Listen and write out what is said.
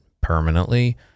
permanently